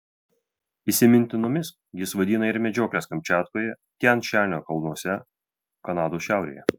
įsimintinomis jis vadina ir medžiokles kamčiatkoje tian šanio kalnuose kanados šiaurėje